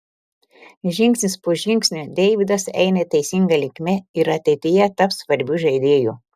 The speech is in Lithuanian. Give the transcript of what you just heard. žingsnis po žingsnio deividas eina teisinga linkme ir ateityje taps svarbiu žaidėju